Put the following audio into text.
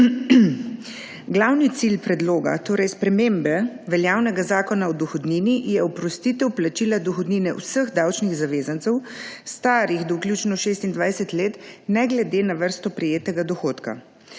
Glavni cilj predloga, torej spremembe veljavnega Zakona o dohodnini je oprostitev plačila dohodnine vseh davčnih zavezancev, starih do vključno 26 let, ne glede na vrsto prejetega dohodka.